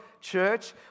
church